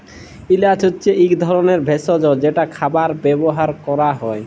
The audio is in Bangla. এল্যাচ হছে ইক ধরলের ভেসজ যেট খাবারে ব্যাভার ক্যরা হ্যয়